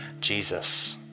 Jesus